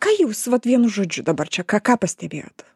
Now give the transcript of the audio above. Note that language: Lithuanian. ką jūs vat vienu žodžiu dabar čia ką ką pastebėjot